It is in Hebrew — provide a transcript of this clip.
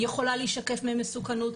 יכולה להישקף להם מסוכנות.